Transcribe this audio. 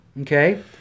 Okay